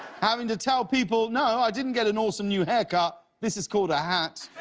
having to tell people, no, i didn't get an awesome new haircut. this is called a hat.